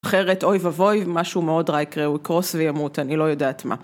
אחרת אוי ואבוי, משהו מאוד רע יקרה, הוא יקרוס וימות, אני לא יודעת מה.